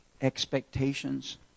expectations